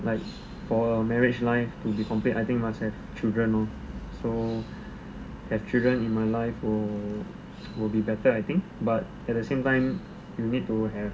like for marriage life to complete I think must have children lor so if have children in my life will be better I think but at the same time you need to have